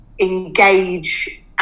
engage